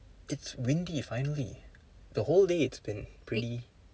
it's windy finally the whole day it's been pretty